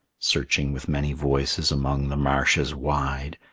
searching with many voices among the marshes wide.